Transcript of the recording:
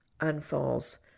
unfolds